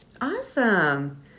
Awesome